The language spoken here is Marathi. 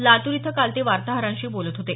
लातूर इथं काल ते वार्ताहरांशी बोलत होते